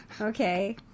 Okay